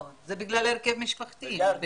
הרכב משפחתי.